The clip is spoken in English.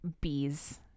bees